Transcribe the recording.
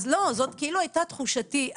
זו כאילו הייתה תחושתי.